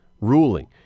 ruling